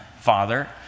father